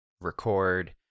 record